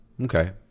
Okay